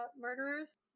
murderers